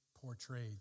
portrayed